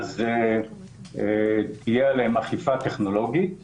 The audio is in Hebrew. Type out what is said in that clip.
תהיה עליהם אכיפה טכנולוגית